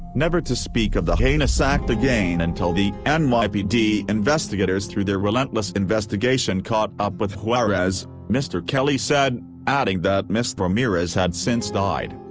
never to speak of the heinous act again until the n y p d. investigators through their relentless investigation caught up with juarez, mr. kelly said, adding that ms. ramirez had since died.